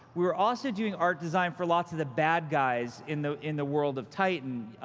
we were also doing art design for lots of the bad guys in the in the world of titan.